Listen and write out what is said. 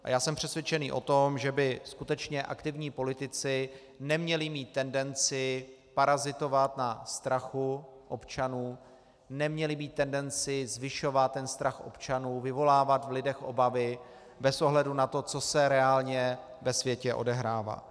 A já jsem přesvědčený o tom, že by skutečně aktivní politici neměli mít tendenci parazitovat na strachu občanů, neměli mít tendenci zvyšovat strach občanů, vyvolávat v lidech obavy bez ohledu na to, co se reálně ve světě odehrává.